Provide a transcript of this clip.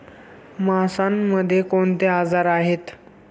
माशांमध्ये कोणते आजार आहेत?